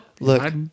Look